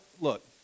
look